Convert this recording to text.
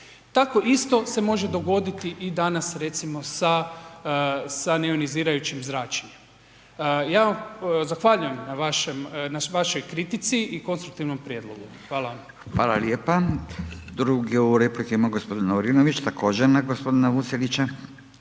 Tako isto se može dogoditi i danas recimo sa neionizirajućim zračenjem. Ja vam zahvaljujem na vašoj kritici i konstruktivnom prijedlogu. Hvala lijepo. **Radin, Furio (Nezavisni)** Hvala lijepa. Drugu repliku ima gospodin Lovrinović, također na gospodina Vucelića.